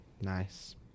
Nice